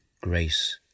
grace